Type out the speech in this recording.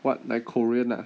what like korean ah